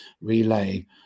relay